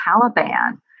Taliban